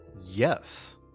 Yes